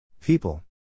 People